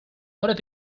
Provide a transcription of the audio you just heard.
what